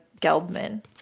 Geldman